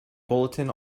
bulletin